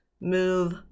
move